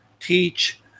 Teach